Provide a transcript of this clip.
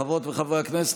חברות וחברי הכנסת,